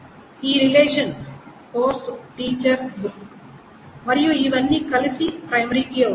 కాబట్టి ఈ relation course teacher book మరియు ఇవన్నీ కలిసి ప్రైమరీ కీ అవుతుంది